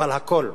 אבל הכול,